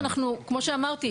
וכמו שאמרתי,